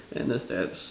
and the steps